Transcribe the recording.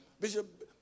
Bishop